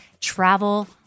travel